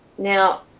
Now